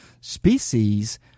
species